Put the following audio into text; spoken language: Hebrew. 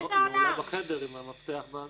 אולי בחדר עם המפתח והזה...